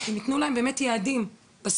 אם יתנו להם באמת יעדים בספורט,